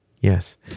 Yes